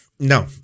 No